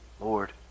Lord